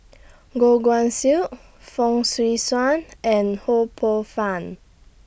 Goh Guan Siew Fong Swee Suan and Ho Poh Fun